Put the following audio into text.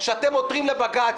שאתם עותרים לבג"ץ.